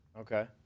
Okay